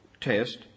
test